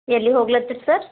ಎಲ್ಲಿ ಹೋಗ್ಲತ್ತೀರಿ ಸರ್